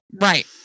right